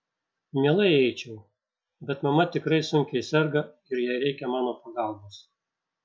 mielai eičiau bet mama tikrai sunkiai serga ir jai reikia mano pagalbos